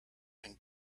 and